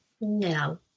no